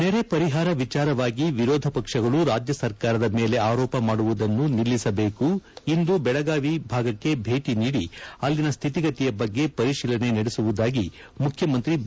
ನೆರೆ ಪರಿಹಾರ ವಿಚಾರವಾಗಿ ವಿರೋಧ ಪಕ್ಷಗಳು ರಾಜ್ಯ ಸರ್ಕಾರದ ಮೇಲೆ ಅರೋಪ ಮಾಡುವುದನ್ನು ನಿಲ್ಲಿಸಬೇಕು ಇಂದು ಬೆಳಗಾವಿ ಭಾಗಕ್ಕೆ ಭೆಟಿ ನೀಡಿ ಅಲ್ಲಿನ ಸ್ಥಿತಿಗತಿಯ ಬಗ್ಗೆ ಪರಿಶೀಲನೆ ನಡೆಸುವುದಾಗಿ ಮುಖ್ಯಮಂತ್ರಿ ಬಿ